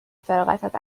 فراغتت